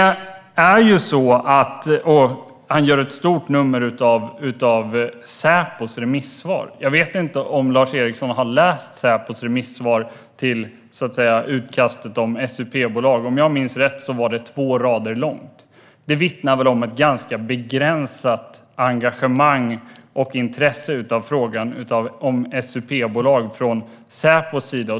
Han gör ett stort nummer av Säpos remissvar. Jag vet inte om Lars Eriksson har läst Säpos remissvar till utkastet om SUP-bolag. Om jag minns rätt var det två rader långt. Det vittnar väl om ett ganska begränsat engagemang och intresse för frågan om SUP-bolag från Säpos sida.